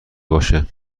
باشه